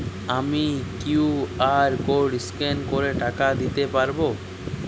আমি QR code scan করে টাকা দিতে পারবো?